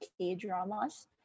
K-dramas